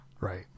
right